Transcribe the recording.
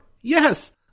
Yes